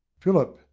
philip,